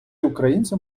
українцям